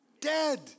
dead